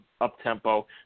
up-tempo